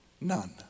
None